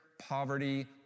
poverty